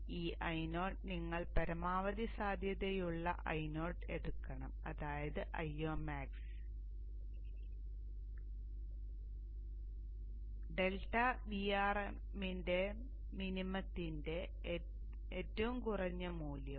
അതിനാൽ ഈ Io നിങ്ങൾ പരമാവധി സാധ്യതയുള്ള Io എടുക്കണം അതായത് Io max ∆Vrmin ന്റെ ഏറ്റവും കുറഞ്ഞ മൂല്യവും